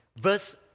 Verse